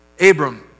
Abram